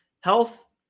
health